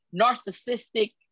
narcissistic